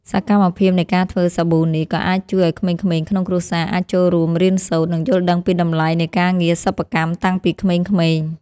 សកម្មភាពនៃការធ្វើសាប៊ូនេះ ក៏អាចជួយឱ្យក្មេងៗក្នុងគ្រួសារអាចចូលរួមរៀនសូត្រ និងយល់ដឹងពីតម្លៃនៃការងារសិប្បកម្មតាំងពីក្មេងៗ។